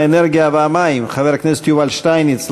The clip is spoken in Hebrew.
האנרגיה והמים חבר הכנסת יובל שטייניץ,